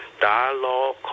dialogue